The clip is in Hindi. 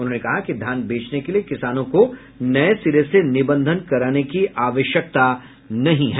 उन्होंने कहा कि धान बेचने के लिये किसानों को नये सिरे से निबंधन कराने की आवश्यकता नहीं है